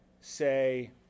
say